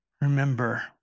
remember